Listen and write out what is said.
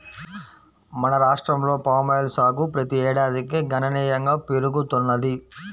మన రాష్ట్రంలో పామాయిల్ సాగు ప్రతి ఏడాదికి గణనీయంగా పెరుగుతున్నది